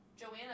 Joanna